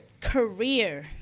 career